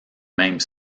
même